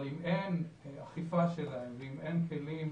אבל אם אין אכיפה שלהן, ואם אין כלים